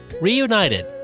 Reunited